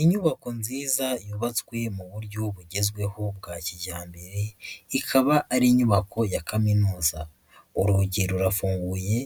Inyubako nziza yubatswe mu buryo bugezweho bwa kijyambere, ikaba ari inyubako ya kaminuza, urugi rurafunguye,